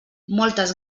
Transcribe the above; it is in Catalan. moltes